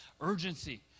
Urgency